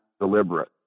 deliberate